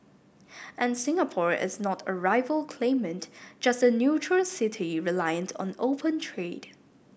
and Singapore is not a rival claimant just a neutral city reliant on open trade